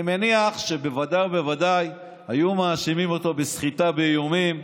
אני מניח שבוודאי ובוודאי היו מאשימים אותו בסחיטה באיומים.